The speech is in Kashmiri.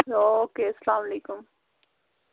اوکے اسلام علیکُم